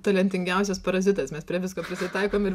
talentingiausias parazitas mes prie visko prisitaikom ir